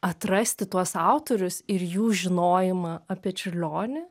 atrasti tuos autorius ir jų žinojimą apie čiurlionį